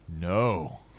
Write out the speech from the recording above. No